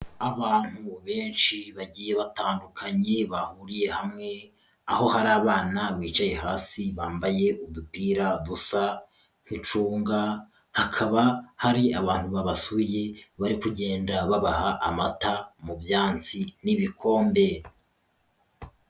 Abantu benshi bagiye batandukanye bahuriye hamwe aho hari abana bicaye hasi bambaye udupira dusa nk'icunga, hakaba hari abantu babasuye bari kugenda babaha amata mu byansi n'ibikombe.